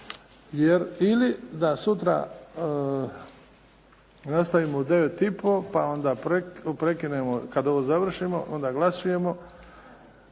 13. Ili da sutra da nastavimo u 9 i pol pa onda prekinemo kad ovo završimo, onda glasujemo.